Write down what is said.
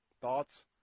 thoughts